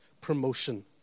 promotion